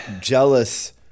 jealous